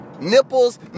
Nipples